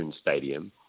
Stadium